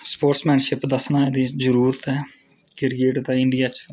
sportsmanship दस्सना जरूरत ऐ क्रिकेट ताहीं इंडिया च